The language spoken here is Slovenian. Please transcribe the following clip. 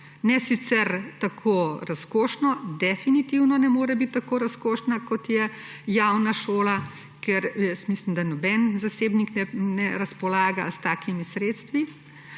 Ne sicer tako razkošno, definitivno ne more biti razkošna, kot je javna šola, ker jaz mislim, da noben zasebnik ne razpolaga s takimi sredstvi.